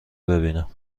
ببینم